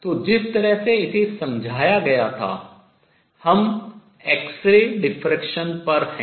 तो जिस तरह से इसे समझाया गया था हम एक्स किरण विवर्तन पर हैं